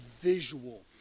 visual